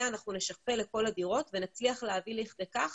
נשכפל לכל הדירות ונצליח להביא לידי כך